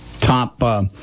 top